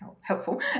helpful